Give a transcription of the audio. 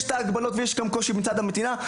יש הגבלות וקושי מצד המדינה,